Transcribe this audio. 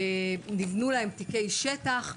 נבנו להם תיקי שטח.